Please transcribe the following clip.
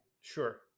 sure